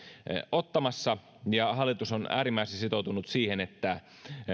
ottamassa ja hallitus on äärimmäisen sitoutunut siihen että